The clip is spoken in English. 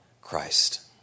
Christ